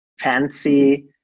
fancy